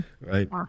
right